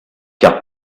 car